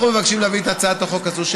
אנחנו מבקשים להביא את הצעת החוק הזאת,